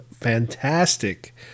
fantastic